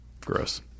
Gross